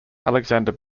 alexander